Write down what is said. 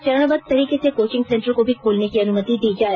चरणबद्व तरीके से कोचिंग सेंटर को भी खोलने की अनुमति दी जाए